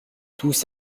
tous